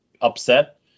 upset